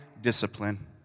discipline